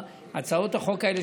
הצעות החוק האלה,